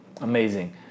Amazing